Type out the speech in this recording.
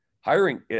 Hiring